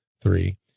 three